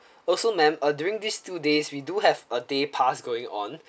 also ma'am uh during these two days we do have a day pass going on